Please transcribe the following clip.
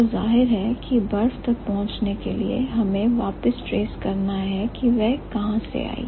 तो जाहिर है कि बर्फ तक पहुंचने के लिए हमें वापस ट्रेस करना है कि वह कहां से आई